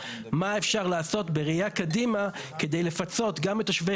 מה אפשר לעשות בראייה קדימה כדי לפצות גם את תושבי